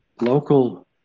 local